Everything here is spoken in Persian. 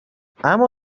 اما